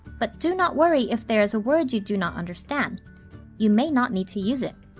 but, do not worry if there is a word you do not understand you may not need to use it.